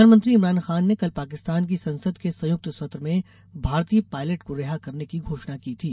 प्रधानमंत्री इमरान खान ने कल पाकिस्तान की संसद के संयुक्त सत्र में भारतीय पायलट को रिहा करने की घोषणा की थी